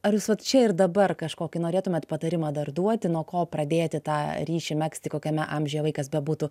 ar jūs vat čia ir dabar kažkokį norėtumėt patarimą dar duoti nuo ko pradėti tą ryšį megzti kokiame amžiuje vaikas bebūtų